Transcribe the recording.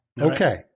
Okay